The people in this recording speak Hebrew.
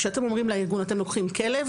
כשאתם אומרים לארגון 'אתם לוקחים כלב